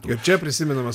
ir čia prisimenamas